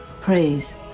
praise